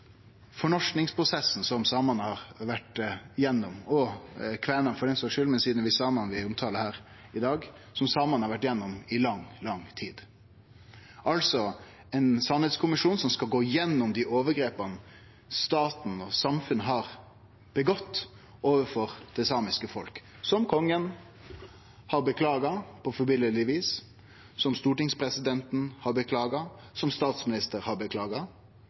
fornorskingsprosessen som samane har vore gjennom i lang, lang tid – også kvænane, for den sakas skuld, men det er samane vi talar om her i dag. Det er ein sanningskommisjon som skal gå igjennom dei overgrepa staten og samfunnet har gjort mot det samiske folket, som Kongen har beklaga på eksemplarisk vis, som stortingspresidenten har beklaga, og som statsministeren har beklaga.